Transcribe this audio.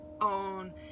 on